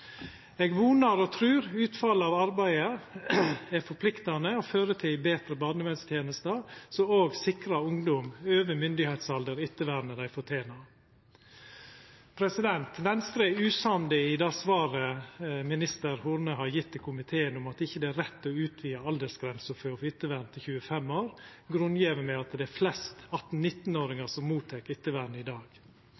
Eg vonar og trur utfallet av arbeidet er forpliktande og fører til betre barnevernstenestar, som òg sikrar ungdom over myndigheitsalder det ettervernet dei fortener. Venstre er usamde i det svaret minister Horne har gjeve til komiteen om at det ikkje er rett å utvida aldersgrensa for å få ettervern til 25 år, grunngjeve med at det er flest